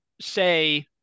say